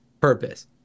purpose